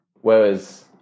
Whereas